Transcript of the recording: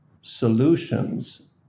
solutions